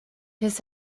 his